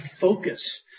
focus